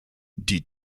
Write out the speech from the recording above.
die